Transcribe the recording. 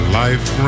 life